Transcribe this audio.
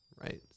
right